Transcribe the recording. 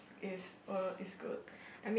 is uh is good